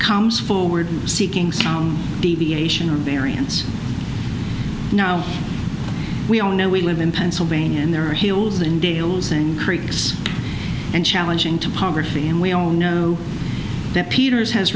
comes forward seeking deviation or variance now we all know we live in pennsylvania and there are hills and dales and creeks and challenging to poverty and we all know that peters has